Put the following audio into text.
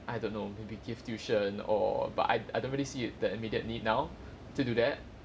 I don't know maybe give tuition or but I I don't really see it the immediate need now to do that